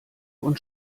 und